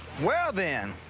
well, then,